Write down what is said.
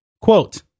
Quote